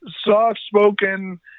soft-spoken